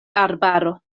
arbaro